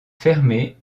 fermée